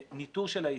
וניתור של היישום.